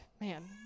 man